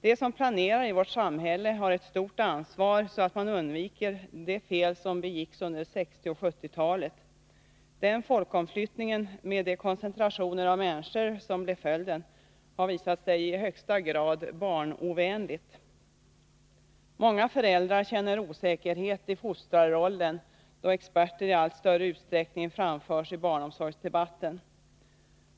De som planerar i vårt samhälle har ett stort ansvar för att man undviker de fel som begicks under 1960 och 1970-talen. Den folkomflyttningen med de koncentrationer av människor som blev följden har visat sig i högsta grad barnovänlig. Många föräldrar känner osäkerhet i fostrarrollen, då experter i allt större utsträckning framförs i barnomsorgsdebatten.